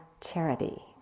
charity